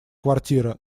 квартира